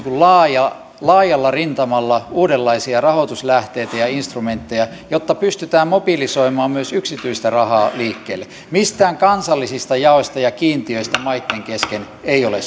laajalla rintamalla uudenlaisia rahoituslähteitä ja ja instrumentteja jotta pystytään mobilisoimaan myös yksityistä rahaa liikkeelle mistään kansallisista jaoista ja kiintiöistä maitten kesken ei ole